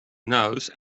nose